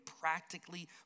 practically